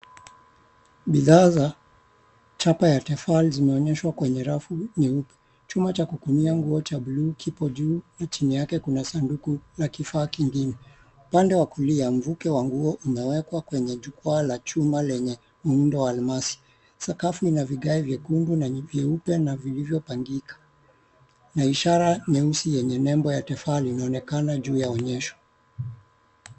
Bidhaa za chapa ya Tefal zimeonyeshwa kwenye rafu nyeupe. Chuma cha kukunjia nguo cha blue kipo juu, chini yake kuna sanduku na kifaa kingine. Upande wa kulia, mvuke wa nguo umewekwa kwenye jukwaa la chuma lenye muundo wa almasi. Sakafu ina vigae vyekundu na vyeupe na vilivyopangika na ishara nyeusi yenye nembo ya Tefal inaonekana juu ya onyesho.